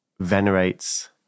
venerates